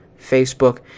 Facebook